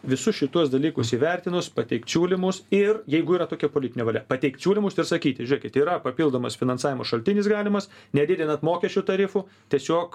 visus šituos dalykus įvertinus pateikt siūlymus ir jeigu yra tokia politinė valia pateikt siūlymus ir sakyti žiūrėkit yra papildomas finansavimo šaltinis galimas nedidinat mokesčių tarifų tiesiog